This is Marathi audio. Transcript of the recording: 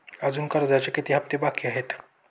अजुन कर्जाचे किती हप्ते बाकी आहेत?